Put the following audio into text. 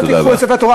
תודה רבה.